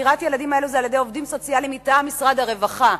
חקירת הילדים האלו היא על-ידי עובדים סוציאליים מטעם משרד הרווחה,